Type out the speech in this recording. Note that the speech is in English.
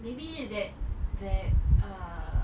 maybe that that apa err